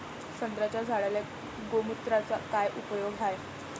संत्र्याच्या झाडांले गोमूत्राचा काय उपयोग हाये?